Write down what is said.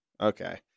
okay